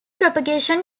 propagation